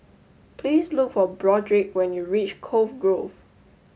please look for Broderick when you reach Cove Grove